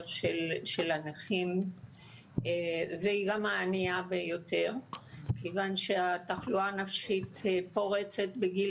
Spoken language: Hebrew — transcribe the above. של הנכים והיא גם הענייה ביותר כיוון שהתחלואה הנפשית פורצת בגיל